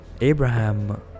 Abraham